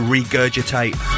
Regurgitate